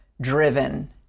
driven